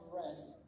rest